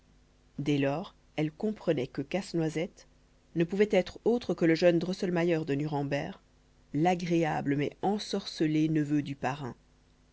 dès lors elle comprenait que casse-noisette ne pouvait être autre que le jeune drosselmayer de nuremberg l'agréable mais ensorcelé neveu du parrain